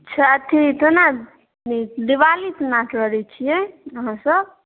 छै अथी तेना दिवाली तेना तरै छियै अहाँसभ